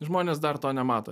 žmonės dar to nemato